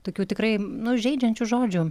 tokių tikrai nu žeidžiančių žodžių